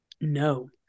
No